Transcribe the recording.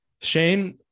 Shane